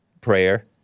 prayer